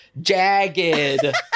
jagged